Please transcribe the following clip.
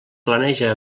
planeja